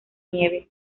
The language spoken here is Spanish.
nieve